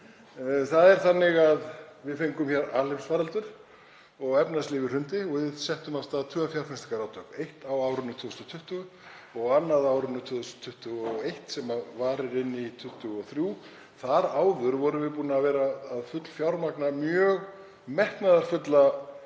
Það er þannig að við fengum alheimsfaraldur og efnahagslífið hrundi og við settum af stað tvö fjárfestingarátök, eitt á árinu 2020 og annað á árinu 2021 sem varir fram á 2023. Þar áður vorum við búin að fullfjármagna mjög metnaðarfulla